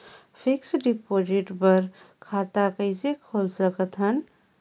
Fixed deposit बर खाता कइसे खोल सकत हन?